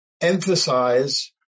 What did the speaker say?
emphasize